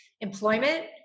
employment